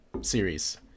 series